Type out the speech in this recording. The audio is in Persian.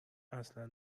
اصلا